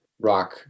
rock